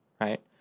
right